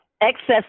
excess